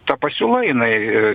ta pasiūla jinai